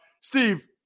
Steve